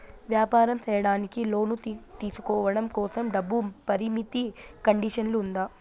వ్యాపారం సేయడానికి లోను తీసుకోవడం కోసం, డబ్బు పరిమితి కండిషన్లు ఉందా?